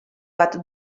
bat